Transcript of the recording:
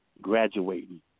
graduating